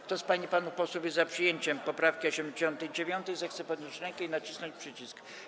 Kto z pań i panów posłów jest za przyjęciem poprawki 89., zechce podnieść rękę i nacisnąć przycisk.